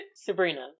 Sabrina